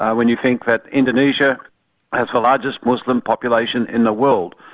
when you think that indonesia has the largest muslim population in the world.